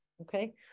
okay